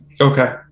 Okay